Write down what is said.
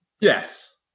Yes